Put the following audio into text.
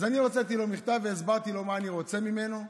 אז אני הוצאתי לו מכתב והסברתי לו מה אני רוצה ממנו בשבילכם,